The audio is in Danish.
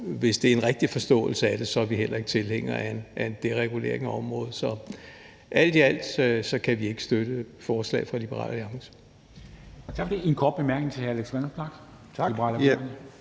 hvis det er en rigtig forståelse af det, er vi heller ikke tilhængere af en deregulering af området. Så alt i alt kan vi ikke støtte forslaget fra Liberal Alliance.